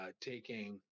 taking